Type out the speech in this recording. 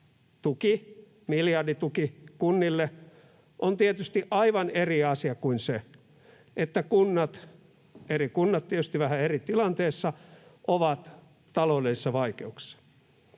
kertatuki, miljardituki kunnille, on tietysti aivan eri asia kuin se, että kunnat, eri kunnat tietysti vähän eri tilanteessa, ovat taloudellisissa vaikeuksissa.